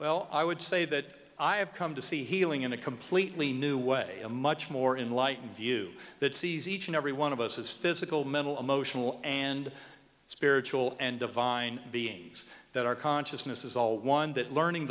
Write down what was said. well i would say that i have come to see healing in a completely new way to much more in light view that sees each and every one of us as physical mental and and spiritual and divine beings that our consciousness is all one that learning